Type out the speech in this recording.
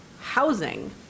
housing